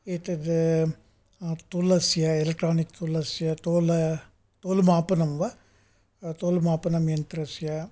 एतद् तुलस्य एलेक्ट्रानिक् तुलस्य तोल तोल् मापनं वा तोल् मापनं यन्त्रसय